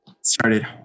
Started